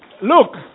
Look